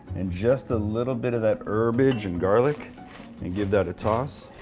and just a little bit of that herbage, and garlic and give that a toss.